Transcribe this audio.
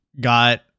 got